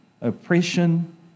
oppression